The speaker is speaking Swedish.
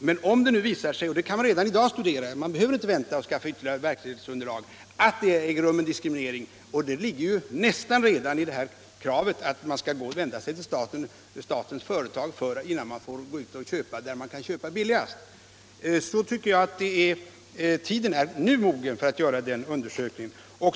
Om det emellertid nu visar sig — och detta kan man redan i dag studera, man behöver inte vänta för att skaffa sig ytterligare verklighetsunderlag — att en diskriminering äger rum, och det ligger ju nästan en diskriminering redan i kravet att man skall vända sig till statens företag för samråd innan man får gå ut och köpa där man kan köpa billigast, så tycker jag att tiden är mogen för att göra den undersökningen.